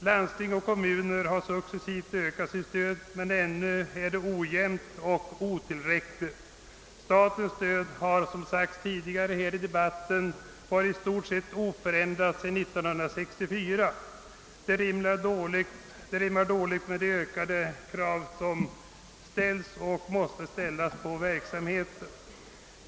Landsting och kommuner har successivt ökat sitt stöd, men ännu är det ojämnt och otillräckligt. Statens stöd har, som redan framhållits i debatten, varit i stort sett oförändrat sedan 1964. Detta rimmar dåligt med de ökade krav som ställs och måste ställas på verksamheten.